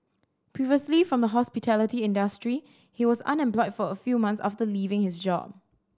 previously from the hospitality industry he was unemployed for a few months after leaving his job